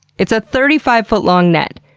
it's a thirty five foot-long net.